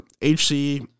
HC